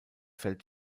fällt